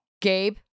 Gabe